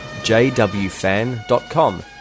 jwfan.com